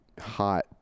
hot